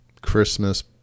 Christmas